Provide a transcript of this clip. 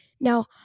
Now